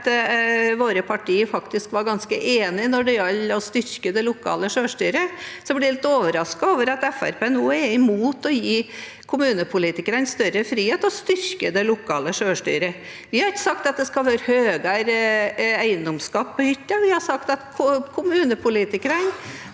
at våre partier var ganske enige når det gjaldt det å styrke det lokale selvstyret, så jeg ble litt overrasket over at Fremskrittspartiet nå er imot å gi kommunepolitikerne større frihet og å styrke det lokale selvstyret. Vi har ikke sagt at det skal være høyere eiendomsskatt på hytter. Vi har sagt at kommunepolitikerne